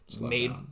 made